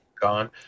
gone